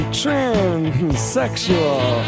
transsexual